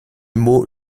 mot